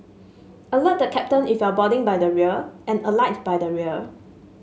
alert the captain if you're boarding by the rear and alight by the rear